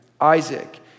Isaac